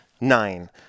Nine